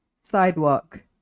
sidewalk